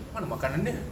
mana makanan dia